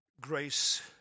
grace